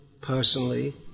personally